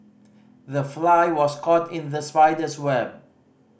the fly was caught in the spider's web